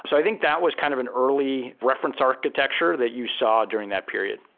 so i think that was kind of an early reference architecture that you saw during that period.